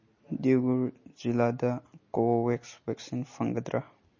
ꯗꯤꯑꯣꯒꯔ ꯖꯤꯜꯂꯥꯗ Covovax vaccine ꯐꯪꯒꯗ꯭ꯔꯥ